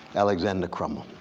alexander crummell,